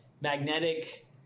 magnetic